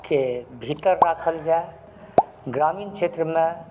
के भीतर राखल जाय ग्रामीण क्षेत्रमे